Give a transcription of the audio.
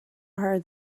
are